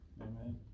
Amen